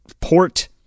port